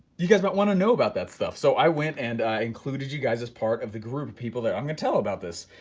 you guys might want to know about that stuff. so i went and i included you guys as part of the group of people there. i'm going to tell about this,